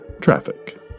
Traffic